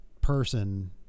person